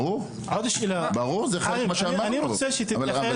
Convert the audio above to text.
ברור, אבל זה מה שאמרנו לו.